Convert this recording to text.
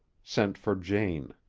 sent for jane.